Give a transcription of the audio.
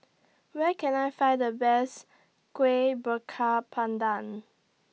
Where Can I Find The Best Kueh Bakar Pandan